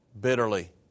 bitterly